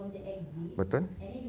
betul